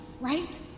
right